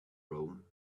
rome